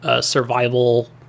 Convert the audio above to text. survival